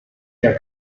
der